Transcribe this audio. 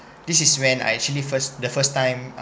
this is when I actually first the first time